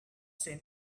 seen